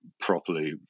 properly